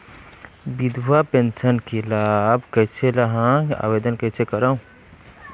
विधवा पेंशन के लाभ कइसे लहां? आवेदन कइसे करव?